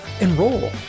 enroll